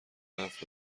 حرف